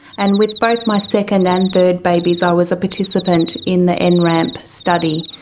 and with both my second and third babies i was a participant in the and nramp study.